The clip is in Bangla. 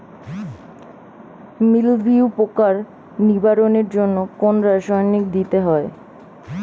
মিলভিউ পোকার নিবারণের জন্য কোন রাসায়নিক দিতে হয়?